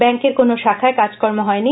ব্যাংকের কোন শাখায় কাজকর্ম হয়নি